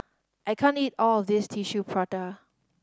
I can't eat all of this Tissue Prata